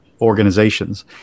organizations